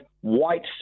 white